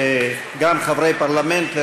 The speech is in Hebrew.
גם חברי פרלמנט,